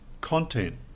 content